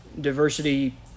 diversity